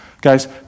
Guys